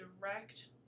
direct